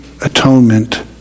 atonement